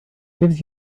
gives